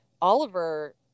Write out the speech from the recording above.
Oliver